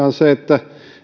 on se että